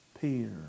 Peter